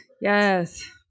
Yes